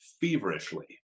feverishly